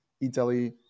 Italy